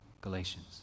Galatians